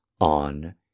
On